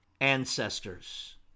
ancestors